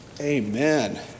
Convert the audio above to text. Amen